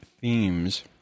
themes